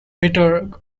better